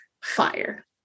fire